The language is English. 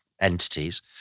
entities